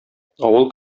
авыл